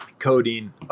codeine